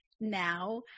now